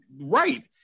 right